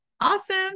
Awesome